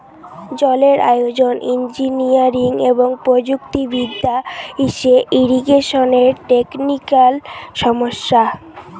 জলের আয়োজন, ইঞ্জিনিয়ারিং এবং প্রযুক্তি বিদ্যা হসে ইরিগেশনের টেকনিক্যাল সমস্যা